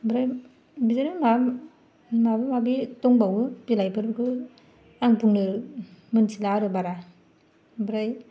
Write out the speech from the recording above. ओमफ्राय बिदिनो माबा माबि दंबावो बिलाइफोरबो आं बुंनो मोनथिला आरो बारा ओमफ्राय